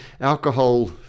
alcohol